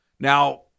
Now